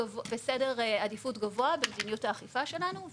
בסדר עדיפות גבוה במדיניות האכיפה שלנו,